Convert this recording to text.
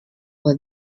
was